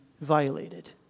violated